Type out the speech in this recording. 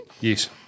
Yes